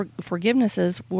forgivenesses